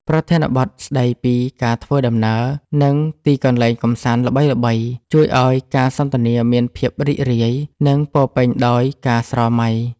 ប្រធានបទស្ដីពីការធ្វើដំណើរ និងទីកន្លែងកម្សាន្តល្បីៗ ជួយឱ្យការសន្ទនាមានភាពរីករាយ និងពោរពេញដោយការស្រមៃ។